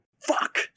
fuck